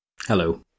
Hello